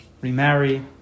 remarry